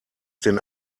den